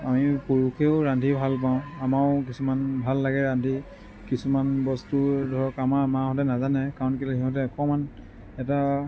আমি পুৰুষেও ৰান্ধি ভাল পাওঁ আমাৰো কিছুমান ভাল লাগে ৰান্ধি কিছুমান বস্তু ধৰক আমাৰ মাহঁতে নাজানে কাৰণ কেলে সিহঁতে অকণমান এটা